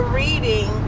reading